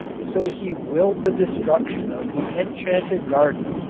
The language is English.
so he willed the destruction of the enchanted garden.